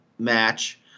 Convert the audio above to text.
Match